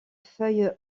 feuilles